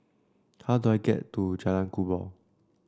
how do I get to Jalan Kubor